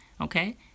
okay